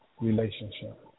relationship